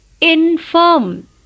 infirm